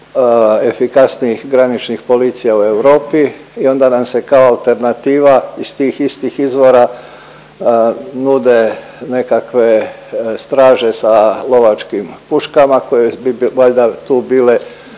najefikasnijih graničnih policija u Europi i onda nam se kao alternativa iz tih istih izvora nude nekakve straže sa lovačkim puškama koje bi valjda tu bile